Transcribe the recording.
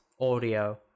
audio